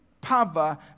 power